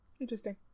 interesting